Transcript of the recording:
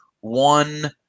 one